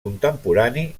contemporani